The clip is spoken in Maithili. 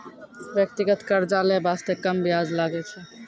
व्यक्तिगत कर्जा लै बासते कम बियाज लागै छै